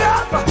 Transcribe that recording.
up